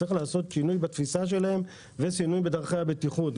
צריך לעשות שינוי בתפיסה שלהם ושינוי בדרכי הבטיחות.